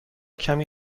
کمی